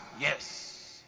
Yes